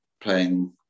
playing